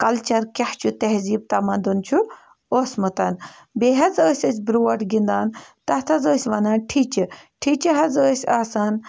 culture کیٛاہ چھُ تہزیٖب تَمدُن چھُ اوسمُت بیٚیہِ حظ ٲسۍ أسۍ برٛونٛٹھ گِنٛدان تَتھ حظ ٲسۍ وَنان ٹھِچہٕ ٹھِچہٕ حظ ٲسۍ آسان